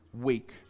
week